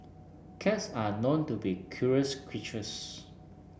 cats are known to be curious creatures